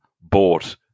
bought